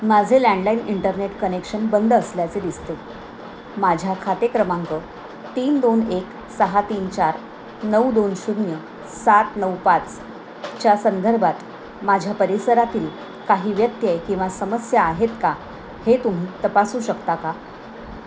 माझे landline internet connection बंद असल्याचे दिसते माझ्या खाते क्रमांक तीन दोन एक सहा तीन चार नऊ दोन शून्य सात नऊ पाचच्या संदर्भात माझ्या परिसरातील काही व्यत्यय किंवा समस्या आहेत का हे तुम्ही तपासू शकता का